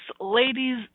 ladies